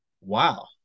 wow